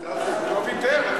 הוא לא ויתר.